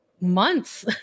months